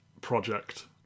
project